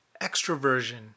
extroversion